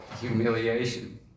Humiliation